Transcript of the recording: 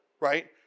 right